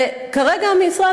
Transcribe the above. וכרגע המשרד,